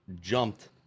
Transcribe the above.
jumped